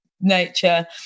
nature